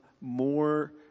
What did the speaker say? more